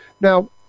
Now